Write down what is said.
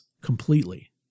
completely